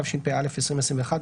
התשפ״א 2021,